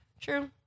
True